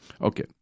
Okay